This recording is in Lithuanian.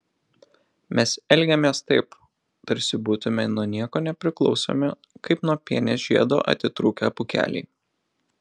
mes elgiamės taip tarsi būtumėme nuo nieko nepriklausomi kaip nuo pienės žiedo atitrūkę pūkeliai